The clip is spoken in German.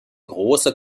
großer